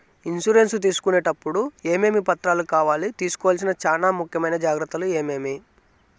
Insurance తీసుకునేటప్పుడు టప్పుడు ఏమేమి పత్రాలు కావాలి? తీసుకోవాల్సిన చానా ముఖ్యమైన జాగ్రత్తలు ఏమేమి?